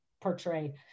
portray